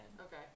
Okay